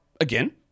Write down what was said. again